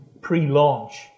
pre-launch